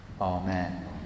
Amen